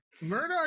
Murdoch